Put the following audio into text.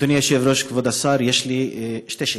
אדוני היושב-ראש, כבוד השר, יש לי שתי שאלות: